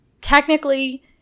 Technically